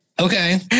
Okay